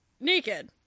naked